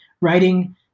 writing